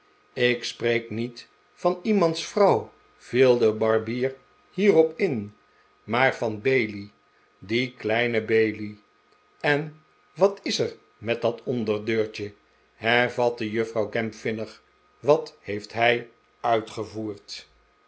ik spreek niet van iemands vrouw viel de barbier hierop in maar van bailey dien kleinen bailey en wat is er met dat onderdeurtje hervatte juffrouw gamp vinnig wat heeft hij uitgevoerd